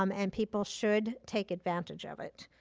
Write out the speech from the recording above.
um and people should take advantage of it.